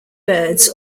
birds